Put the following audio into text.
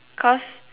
cause